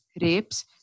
rapes